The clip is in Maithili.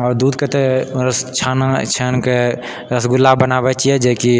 आ दूधके तऽ छेना छानि कऽ रसगुल्ला बनाबैत छियै जेकि